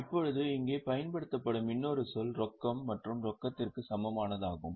இப்போது இங்கே பயன்படுத்தப்படும் இன்னொரு சொல் 'ரொக்கம் மற்றும் ரொக்கத்திற்கு சமமானதாகும்